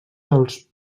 als